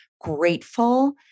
grateful